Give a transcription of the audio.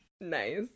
Nice